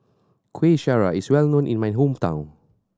Kuih Syara is well known in my hometown